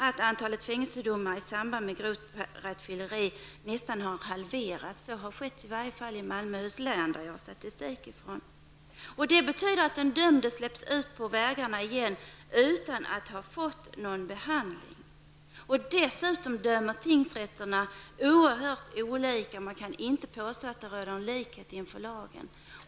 Antalet fängelsedomar i samband med grovt rattfylleri har därmed nästan halverats, åtminstone i Malmöhus län, där jag har statistik ifrån. Detta betyder att den dömde släpps ut på vägarna igen utan att han har fått någon behandling. Dessutom dömer tingsrätterna oerhört olika. Man kan därför inte påstå att det råder någon likhet inför lagen.